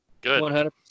Good